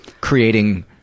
creating